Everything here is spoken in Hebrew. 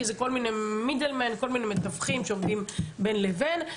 כי זה כל מיני מתווכים שעומדים בין לבין.